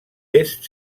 est